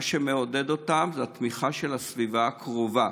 מה שמעודד אותם זה התמיכה של הסביבה הקרובה.